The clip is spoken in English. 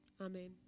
amen